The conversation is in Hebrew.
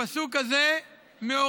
הפסוק הזה מעורר